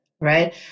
right